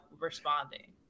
responding